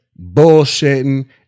bullshitting